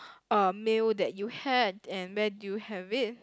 a meal that you had and where did you have it